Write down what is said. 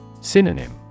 Synonym